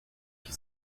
qui